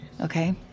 okay